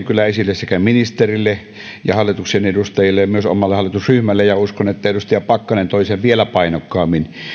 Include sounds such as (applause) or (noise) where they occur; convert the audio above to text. (unintelligible) kyllä esille sekä ministerille että hallituksen edustajille myös omalle hallitusryhmälle ja uskon että edustaja pakkanen toi sen vielä painokkaammin